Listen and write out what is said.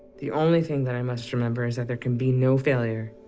the only thing that i must remember is that there can be no failure.